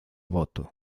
voto